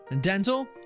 dental